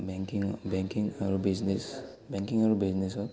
banking banking আৰু business banking আৰু বিজনেছত